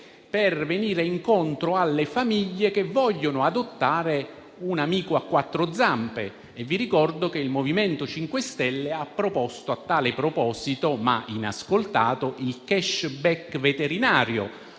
per andare incontro alle famiglie che vogliono adottare un amico a quattro zampe. Vi ricordo che il MoVimento 5 Stelle a tal proposito ha proposto - rimanendo però inascoltato - il *cashback* veterinario,